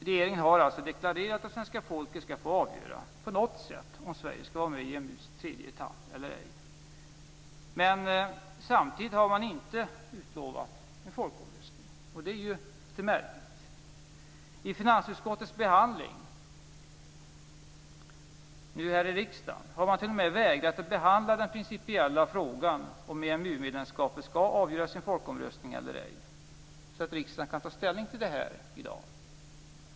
Regeringen har alltså deklarerat att svenska folket skall få avgöra, på något sätt, om Sverige skall gå med i EMU:s tredje etapp eller ej. Men samtidigt har man inte utlovat en folkomröstning, vilket är litet märkligt. I finansutskottets behandling här i riksdagen har man t.o.m. vägrat att behandla den principiella frågan om EMU-medlemskapet skall avgöras i en folkomröstning eller ej, så att riksdagen kan ta ställning till frågan i dag.